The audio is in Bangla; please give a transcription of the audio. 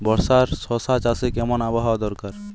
বর্ষার শশা চাষে কেমন আবহাওয়া দরকার?